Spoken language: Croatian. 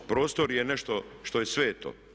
Prostor je nešto što je sveto.